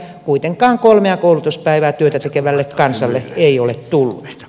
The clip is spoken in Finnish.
kuitenkaan kolmea koulutuspäivää työtä tekevälle kansalle ei ole tullut